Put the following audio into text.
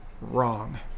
wrong